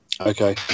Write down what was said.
Okay